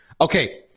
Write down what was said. Okay